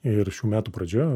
ir šių metų pradžioje